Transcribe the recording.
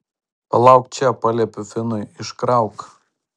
palauk čia paliepiu finui iškrauk